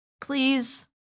Please